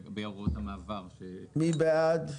מי בעד?